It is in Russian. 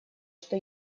что